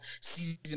season